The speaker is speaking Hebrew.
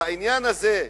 והעניין הזה,